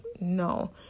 no